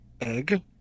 egg